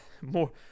More